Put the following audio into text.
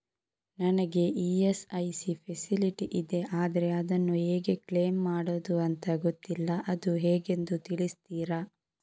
ನನಗೆ ESIC facility ಇದೆ ಆದ್ರೆ ಅದನ್ನು ಹೇಗೆ ಕ್ಲೇಮ್ ಮಾಡೋದು ಅಂತ ಗೊತ್ತಿಲ್ಲ ಅದು ಹೇಗೆಂದು ತಿಳಿಸ್ತೀರಾ?